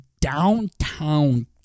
downtown